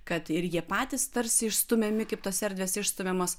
kad ir jie patys tarsi išstumiami kaip tos erdvės išstumiamos